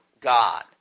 God